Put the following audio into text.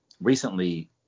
recently